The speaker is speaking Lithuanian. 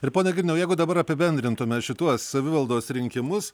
ir pone girniau jeigu dabar apibendrintume šituos savivaldos rinkimus